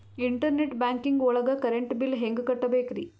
Internet banking ಒಳಗ್ current bill ಹೆಂಗ್ ಕಟ್ಟ್ ಬೇಕ್ರಿ?